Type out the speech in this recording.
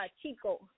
chico